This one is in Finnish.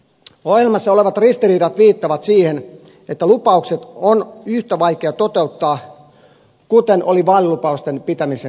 ohjelmassa olevat ristiriidat viittaavat siihen että lupaukset on yhtä vaikea toteuttaa kuin oli pitää vaalilupaukset